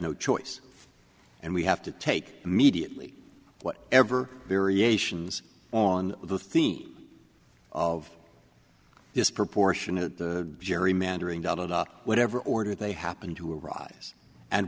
no choice and we have to take immediately what ever variations on the theme of disproportionate gerrymandering whatever order they happen to rise and